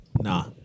Nah